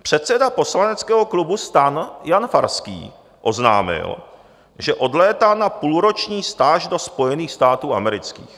Předseda poslaneckého klubu STAN Jan Farský oznámil, že odlétá na půlroční stáž do Spojených států amerických.